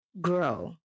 grow